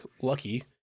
Lucky